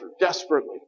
desperately